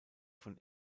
von